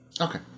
Okay